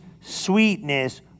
sweetness